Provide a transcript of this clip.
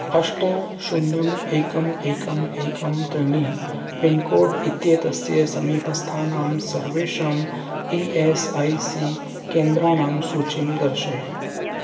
अष्ट शून्यम् एकम् एकम् एकं त्रीणि पिन्कोड् इत्येतस्य समीपस्थानां सर्वेषाम् ई एस् ऐ सी केन्द्राणां सूचीं दर्शय